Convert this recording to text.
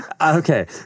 Okay